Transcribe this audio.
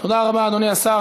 תודה רבה, אדוני השר.